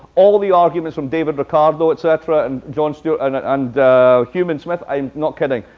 all the arguments from david ricardo, et cetera, and john stuart and and hume and smith, i'm not kidding,